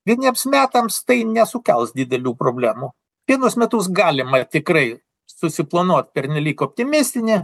vieniems metams tai nesukels didelių problemų vienus metus galima tikrai susiplanuot pernelyg optimistinę